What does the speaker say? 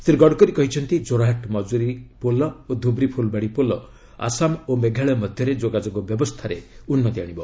ଶ୍ରୀ ଗଡ଼କରୀ କହିଛନ୍ତି ଜୋରହାଟ୍ ମକ୍କୁଲୀ ପୋଲ ଓ ଧୁବ୍ରି ଫୁଲବାଡ଼ି ପୋଲ ଆସାମ ଓ ମେଘାଳୟ ମଧ୍ୟରେ ଯୋଗାଯୋଗ ବ୍ୟବସ୍ଥାରେ ଉନ୍ନତି ଆଶିବ